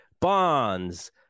bonds